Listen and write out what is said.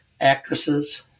actresses